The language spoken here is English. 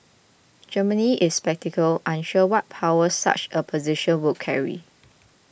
Germany is sceptical unsure what powers such a position would carry